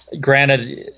granted –